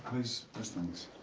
is is things?